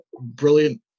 brilliant